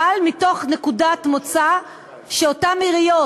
אבל מתוך נקודת מוצא שאותן עיריות